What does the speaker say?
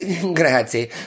grazie